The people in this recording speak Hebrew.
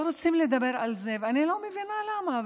לא רוצים לדבר על זה, ואני לא מבינה למה.